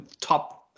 top